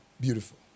Beautiful